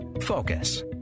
Focus